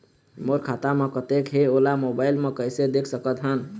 मोर खाता म कतेक हे ओला मोबाइल म कइसे देख सकत हन?